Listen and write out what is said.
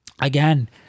again